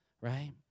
right